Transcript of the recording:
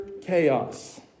chaos